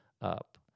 up